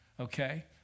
okay